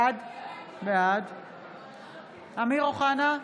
בעד אמיר אוחנה,